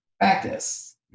practice